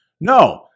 No